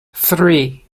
three